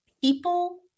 people